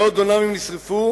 מאות דונמים נשרפו,